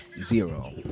zero